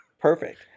Perfect